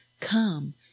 come